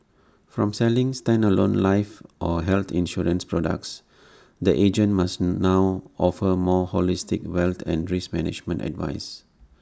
from selling standalone life or health insurance products the agent must now offer more holistic wealth and risk management advice